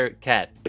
Cat